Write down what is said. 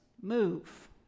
move